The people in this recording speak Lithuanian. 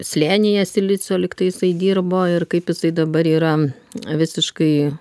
slėnyje silicio lygtai jisai dirbo ir kaip jisai dabar yra visiškai